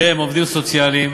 שהם עובדים סוציאליים,